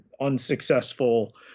unsuccessful